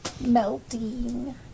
Melting